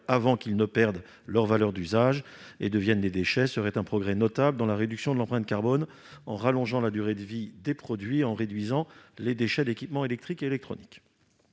avant qu'ils ne perdent leur valeur d'usage et ne deviennent des déchets, serait un progrès notable dans la réduction de l'empreinte carbone. Cela allongerait la durée de vie des produits, tout en réduisant les déchets d'équipements électriques et électroniques.